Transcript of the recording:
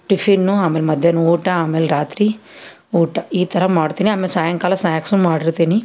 tiffin ಆಮೇಲೆ ಮಧ್ಯಾಹ್ನ ಊಟ ಆಮೇಲೆ ರಾತ್ರಿ ಊಟ ಈ ಥರ ಮಾಡ್ತೀನಿ ಆಮೇಲೆ ಸಾಯಂಕಾಲ ಸ್ನ್ಯಾಕ್ಸು ಮಾಡಿರ್ತೀನಿ